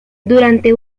durante